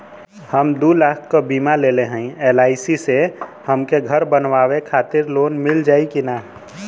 हम दूलाख क बीमा लेले हई एल.आई.सी से हमके घर बनवावे खातिर लोन मिल जाई कि ना?